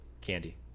Candy